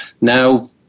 Now